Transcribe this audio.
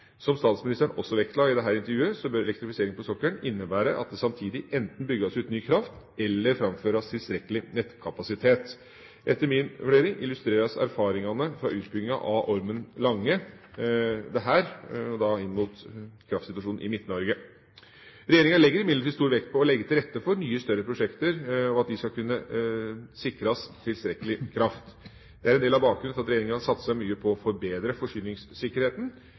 Som statsministeren også vektla i dette intervjuet, bør elektrifisering på sokkelen innebære at det samtidig enten bygges ut ny kraft eller framføres tilstrekkelig nettkapasitet. Etter min vurdering illustreres erfaringene fra utbygginga av Ormen Lange dette, og da inn mot kraftsituasjonen i Midt-Norge. Regjeringa legger imidlertid stor vekt på å legge til rette for nye større prosjekter og at de skal kunne sikres tilstrekkelig kraft. Det er en del av bakgrunnen for at regjeringa har satset mye på å forbedre forsyningssikkerheten